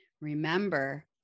Remember